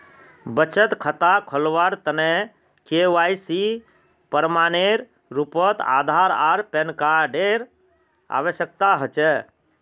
बचत खता खोलावार तने के.वाइ.सी प्रमाण एर रूपोत आधार आर पैन कार्ड एर आवश्यकता होचे